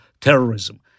terrorism